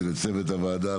לצוות הוועדה,